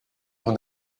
ton